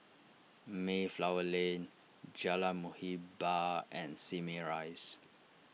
Mayflower Lane Jalan Muhibbah and Simei Rise